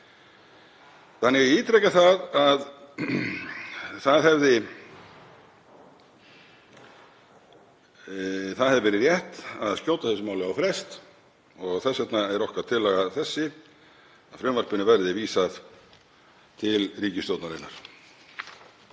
álitamála. Ég ítreka að það hefði verið rétt að skjóta þessu máli á frest og þess vegna er okkar tillaga að frumvarpinu verði vísað til ríkisstjórnarinnar.